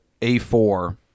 A4